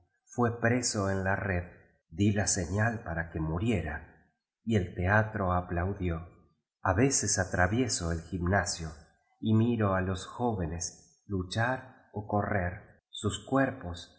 fué preso en la red di la señal para que muriera y el teatro aplaudió a veces atravieso el gimnasio y miro á los jóvenes luchar ó co rrer sus cuerpos